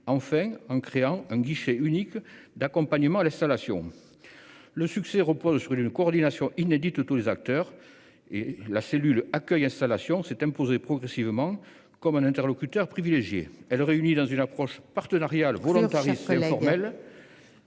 enfin, en créant un guichet unique d'accompagnement à l'installation. Le succès repose sur une coordination inédite de tous les acteurs. La cellule d'accueil des médecins s'est imposée progressivement comme un interlocuteur privilégié. Elle réunit plusieurs acteurs, dans une approche partenariale volontariste et informelle.